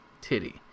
Titty